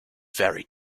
very